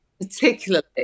particularly